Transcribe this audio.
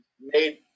made